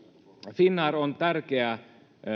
finnair on tärkeä